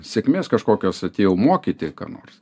sėkmės kažkokios atėjau mokyti ką nors